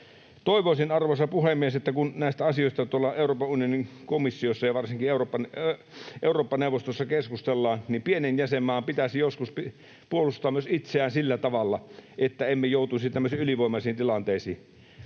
Toivoisin, arvoisa puhemies, että kun näistä asioista tuolla Euroopan unionin komissiossa ja varsinkin Eurooppa-neuvostossa keskustellaan, niin pienen jäsenmaan pitäisi joskus puolustaa myös itseään sillä tavalla, että emme joutuisi tämmöisiin ylivoimaisiin tilanteisiin.